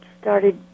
started